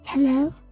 Hello